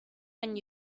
when